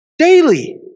Daily